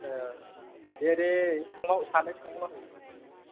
दे दे खांबाव सानैसो खांबावना हो